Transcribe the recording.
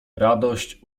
radość